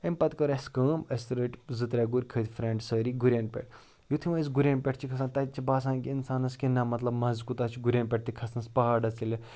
اَمہِ پَتہٕ کٔر اَسہِ کٲم اَسہِ رٔٹۍ زٕ ترٛےٚ گُرۍ کھٔتۍ فرٛٮ۪نٛڈ سٲری گُرٮ۪ن پٮ۪ٹھ یُتھُے وۄنۍ أسۍ گُرٮ۪ن پٮ۪ٹھ چھِ کھسان تَتہِ چھِ باسان کہِ اِنسانَس کہِ نَہ مطلب مَزٕ کوٗتاہ چھُ گُرٮ۪ن پٮ۪ٹھ تہِ کھسنَس پہاڑَس ییٚلہِ